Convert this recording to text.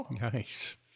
Nice